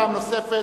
פעם נוספת,